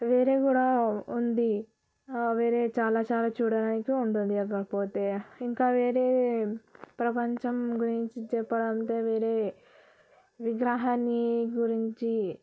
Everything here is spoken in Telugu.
వేరే కూడా ఉంది వేరే చాలా చాలా చూడడానికి ఉంటుంది అక్కడ పోతే ఇంకా వేరే ప్రపంచం గురించి చెప్పాలి అంటే వేరే విగ్రహాన్ని గురించి